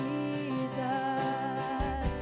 Jesus